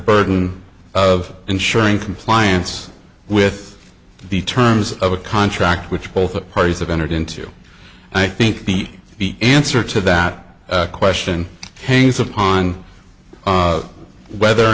burden of ensuring compliance with the terms of a contract which both parties have entered into i think the answer to that question hangs upon whether or